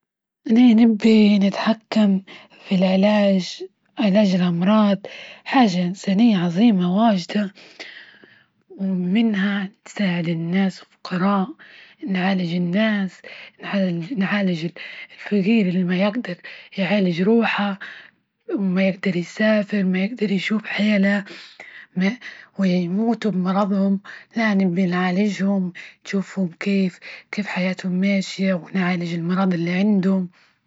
أنا نبي نتحكم في العلاج -علاج الأمراض، حاجة إنسانية عظيمة واجدة، ومنها تساعد الناس فقراء، نعالج الناس، نعالج -نعالج الفقير اللي ما يقدر يعالج روحه وما يجدر يسافر، ما يجدر يشوف حاله ويموتوا بمرضهم يعني بنعالجهم، تشوفهم كيف -كيف حياتهم ماشية؟ ونعالج المرض اللي عندهم.